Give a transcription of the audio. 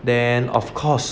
then of course